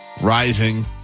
rising